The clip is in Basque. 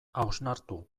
hausnartu